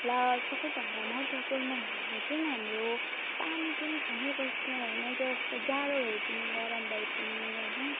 ल सबैभन्दा महत्त्वपूर्ण भनेको चाहिँ हाम्रो पानी चाहिँ खानैपर्छ होइन जस्तो जाडो भए पनि गरम भए पनि होइन